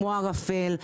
כמו ערפל,